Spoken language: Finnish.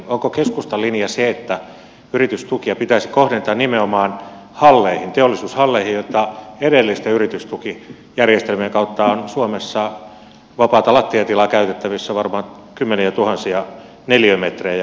onko keskustan linja se että yritystukia pitäisi kohdentaa nimenomaan halleihin teollisuushalleihin kun edellisten yritystukijärjestelmien kautta on suomessa vapaata lattiatilaa käytettävissä varmaan kymmeniätuhansia neliömetrejä